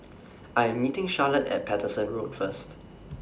I'm meeting Charlotte At Paterson Road First